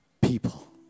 people